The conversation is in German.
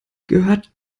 gehört